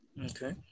Okay